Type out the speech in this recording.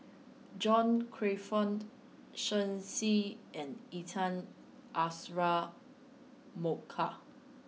John Crawfurd Shen Xi and Intan Azura Mokhtar